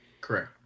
correct